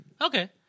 Okay